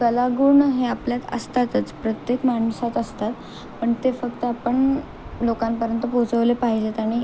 कलागुण हे आपल्यात असतातच प्रत्येक माणसात असतात पण ते फक्त आपण लोकांपर्यंत पोचवले पाहिजेत आणि